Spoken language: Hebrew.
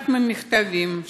אחד המכתבים,